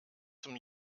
zum